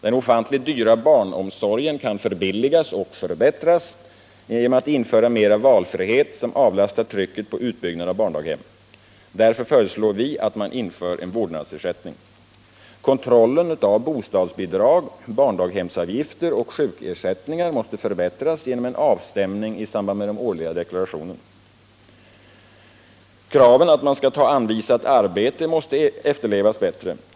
Den ofantligt dyra barnomsorgen kan förbilligas och förbättras genom att man inför mera valfrihet som avlastar trycket på utbyggnad av barndaghem. Därför föreslår vi att man inför en vårdnadsersättning. Kontrollen av bostadsbidrag, barndaghemsavgifter och sjukersättningar måste förbättras genom en avstämning i samband med den årliga deklarationen. Kraven att man skall ta anvisat arbete måste efterlevas bättre.